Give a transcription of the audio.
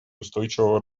устойчивого